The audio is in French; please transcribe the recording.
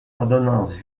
ordonnance